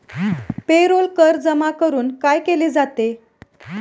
Payroll कर जमा करून काय केले जाते?